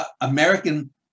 American